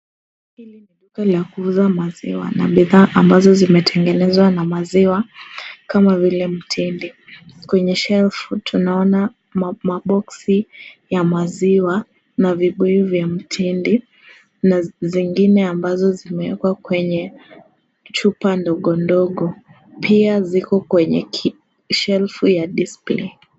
Hili ni duka la kuuza maziwa na bidhaa ambazo zimetengenezwa na maziwa kama vile mtindi. Kwenye shelf tunaona maboksi ya maziwa na vibuyu vya mtindi na zingine ambazo zimewekwa kwenye chupa ndogo ndogo pia ziko kwenye shelf ya display .